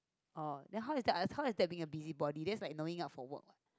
oh then how is that how is that being a busybody that's like knowing out for work